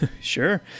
Sure